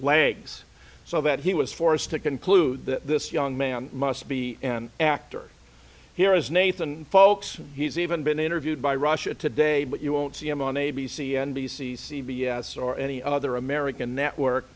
legs so that he was forced to conclude that this young man must be an actor here is nathan folks he's even been interviewed by russia today but you won't see him on a b c n b c c b s or any other american network